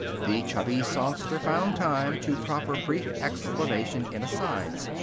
the chubby songster found time to proffer brief explanations in asides.